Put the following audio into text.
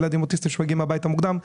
ילדים אוטיסטים מגיעים הביתה מוקדם.